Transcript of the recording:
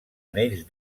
anells